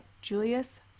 Julius